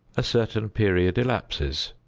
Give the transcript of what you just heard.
a certain period elapses,